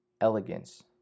Elegance